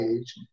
age